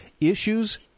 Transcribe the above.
issues